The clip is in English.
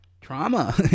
trauma